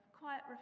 quiet